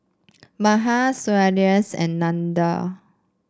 Mahan Sundaresh and Nandan